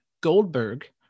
Goldberg